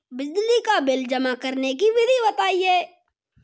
बिजली का बिल जमा करने की विधि बताइए?